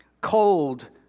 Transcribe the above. Cold